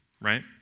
right